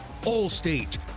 Allstate